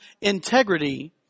integrity